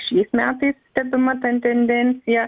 šiais metais stebima ta tendencija